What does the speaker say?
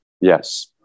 Yes